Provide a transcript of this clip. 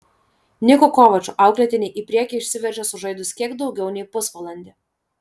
niko kovačo auklėtiniai į priekį išsiveržė sužaidus kiek daugiau nei pusvalandį